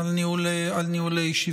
על ניהול הישיבה.